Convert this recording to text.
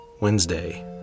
Wednesday